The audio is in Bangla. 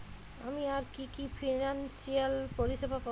আমি আর কি কি ফিনান্সসিয়াল পরিষেবা পাব?